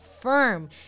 firm